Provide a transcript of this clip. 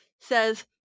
says